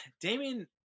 Damien